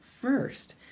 first